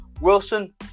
Wilson